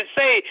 say